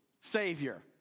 Savior